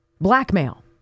blackmail